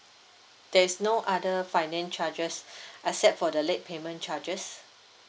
there is no other finance charges except for the late payment charges